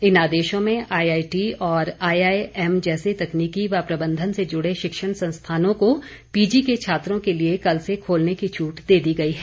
इन आदेशों में आईआईटी और आईआईएम जैसे तकनीकी व प्रबंधन से जुड़े शिक्षण संस्थानों को पीजी के छात्रों के लिए कल से खोलने की छूट दे दी गई है